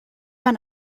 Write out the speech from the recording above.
man